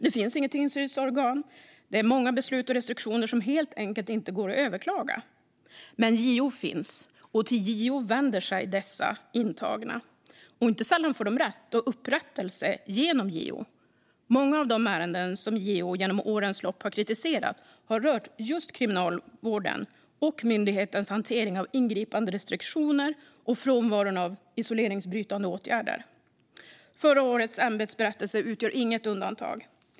Det finns inget tillsynsorgan, och många beslut och restriktioner går helt enkelt inte att överklaga. Men JO finns, och till JO vänder sig dessa intagna. Inte sällan får de rätt och upprättelse genom JO. Många av de ärenden som JO genom årens lopp har kritiserat har rört just Kriminalvården och myndighetens hantering av ingripande restriktioner och frånvaron av isoleringsbrytande åtgärder. Förra årets ämbetsberättelse utgör inget undantag.